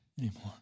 anymore